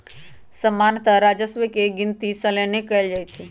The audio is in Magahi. सामान्तः राजस्व के गिनति सलने कएल जाइ छइ